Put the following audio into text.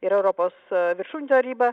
ir europos viršūnių taryba